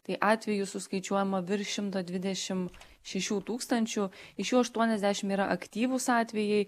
kai atvejų suskaičiuojama virš šimto dvidešim šešių tūkstančių iš jų aštuoniasdešim yra aktyvūs atvejai